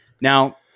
Now